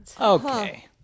Okay